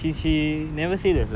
and then we did some prayers lah